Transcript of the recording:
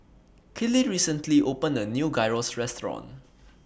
Kelley recently opened A New Gyros Restaurant